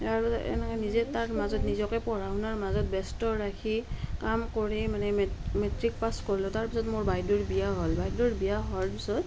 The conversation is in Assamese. তাৰ পাছত এনেকে নিজে তাৰ মাজত নিজকে পঢ়া শুনাৰ মাজত ব্যস্ত ৰাখি কাম কৰি মানে মে মেট্ৰিক পাছ কৰিলোঁ তাৰপিছত মোৰ বাইদেউৰ বিয়া হ'ল বাইদেউৰ বিয়া হোৱাৰ পিছত